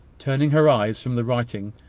turning her eyes from the writing,